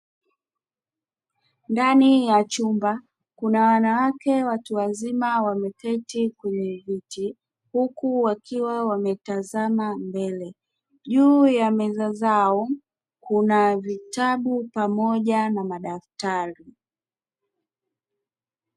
Ndani ya chumba, kuna wanawake watu wazima wameketi kwenye viti huku wakiwa wametazama mbele. Juu ya meza zao kuna vitabu pamoja na madaftari.